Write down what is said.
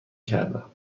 کردم